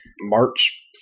March